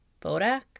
Bodak